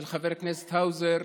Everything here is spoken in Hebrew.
של חבר הכנסת האוזר,